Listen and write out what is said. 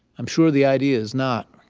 i'm sure the idea is not.